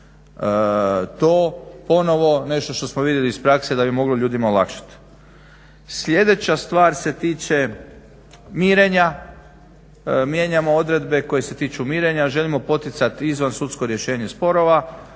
To ponovno nešto što smo vidjeli iz prakse da bi moglo ljudima olakšati. Sljedeća stvar se tiče mirenja, mijenjamo odredbe koje se tiču mirenja, želimo poticati izvansudsko rješenje sporova,